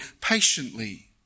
patiently